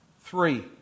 Three